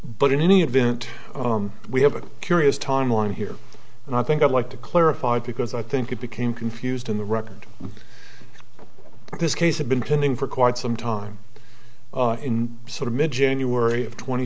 but in any event we have a curious timeline here and i think i'd like to clarify because i think it became confused in the record this case had been pending for quite some time in sort of mid january